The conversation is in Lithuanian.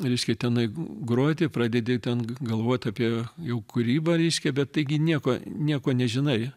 reiškia tenai groti pradedi ten galvot apie jau kūrybą reiškia bet taigi nieko nieko nežinai